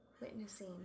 witnessing